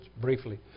briefly